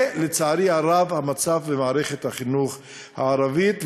זה, לצערי הרב, המצב במערכת החינוך הערבית.